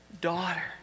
daughter